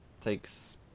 takes